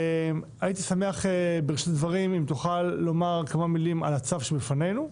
הייתי שמח בראשית הדברים אם תוכל לומר כמה מילים על הצו שבפנינו,